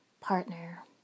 partner